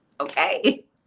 Okay